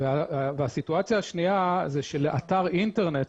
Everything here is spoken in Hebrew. והסיטואציה השנייה היא שלאתר אינטרנט